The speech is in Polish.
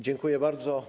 Dziękuję bardzo.